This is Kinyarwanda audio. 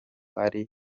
zari